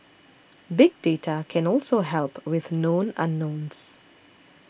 big data can also help with known unknowns